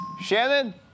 Shannon